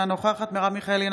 אינה נוכחת מרב מיכאלי,